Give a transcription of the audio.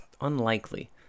unlikely